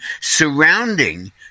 surrounding